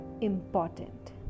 important